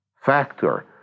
factor